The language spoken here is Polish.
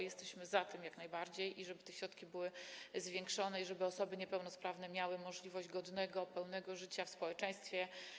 Jesteśmy jak najbardziej za tym, żeby te środki były zwiększone i żeby osoby niepełnosprawne miały możliwość godnego, pełnego życia w społeczeństwie.